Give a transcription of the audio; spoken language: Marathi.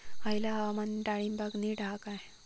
हयला हवामान डाळींबाक नीट हा काय?